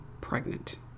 pregnant